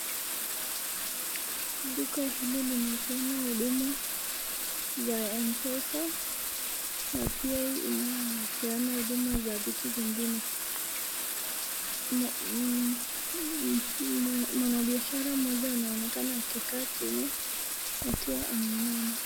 Duka hili linapeana huduma za M-Pesa na pia inapeana huduma za vitu zingine. Mwanabiashara moja anaonekana akikaa chini akiwa ameinama.